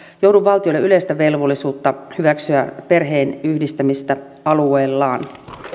johdu valtiolle yleistä velvollisuutta hyväksyä perheenyhdistämistä alueellaan